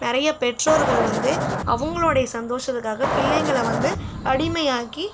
நிறைய பெற்றோர்கள் வந்து அவங்களோடைய சந்தோஷத்துக்காக பிள்ளைங்களை வந்து அடிமையாக்கி